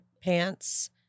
pants